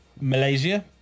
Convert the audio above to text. Malaysia